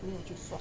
没有去算